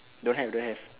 don't have don't have